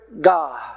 God